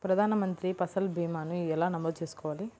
ప్రధాన మంత్రి పసల్ భీమాను ఎలా నమోదు చేసుకోవాలి?